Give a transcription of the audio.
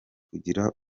kugira